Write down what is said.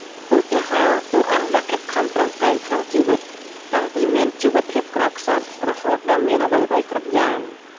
ឧទាហរណ៍ តួអង្គដែលខិតខំប្រឹងប្រែងក្នុងជីវិតតាំងពីមានជីវភាពក្រខ្សត់ រហូតដល់មានអ្វីៗគ្រប់យ៉ាង ។